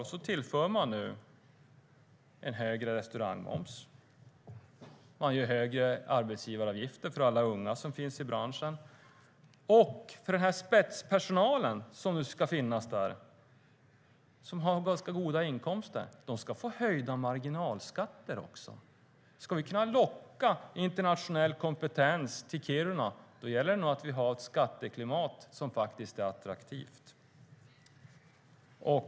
Tänk er då att man tillför högre restaurangmoms och högre arbetsgivaravgifter för alla unga som finns i branschen. Spetspersonalen som ska finnas där och som har ganska goda inkomster ska få höjda marginalskatter. Ska vi kunna locka internationell kompetens till Kiruna gäller det att vi har ett skatteklimat som faktiskt är attraktivt.